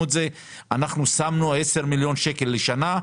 את זה אבל שמנו 10 מיליון שקלים לשנה.